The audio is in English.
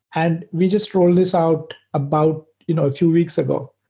and we just rolled this out about you know two weeks ago,